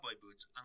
boots